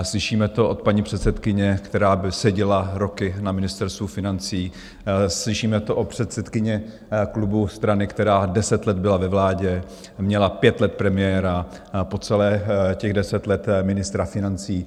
Slyšíme to od paní předsedkyně, která seděla roky na Ministerstvu financí, slyšíme to od předsedkyně klubu strany, která deset let byla ve vládě, měla pět let premiéra, po celých těch deset let ministra financí.